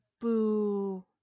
Boo